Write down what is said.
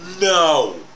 no